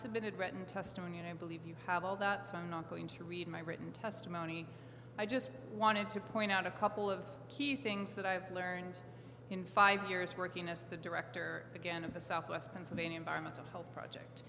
submitted written testimony and i believe you have all that so i'm not going to read my written testimony i just wanted to point out a couple of key things that i've learned in five years working as the director again of the southwest pennsylvania environmental health project